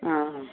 অঁ